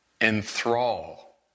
Enthrall